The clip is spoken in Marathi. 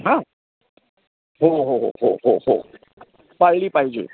हां हो हो हो हो हो हो पाळली पाहिजे